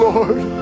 Lord